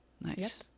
Nice